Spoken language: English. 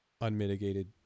unmitigated